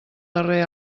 darrer